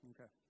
Okay